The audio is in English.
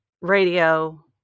radio